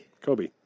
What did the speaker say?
Kobe